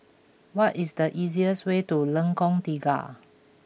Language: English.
what is the easiest way to Lengkong Tiga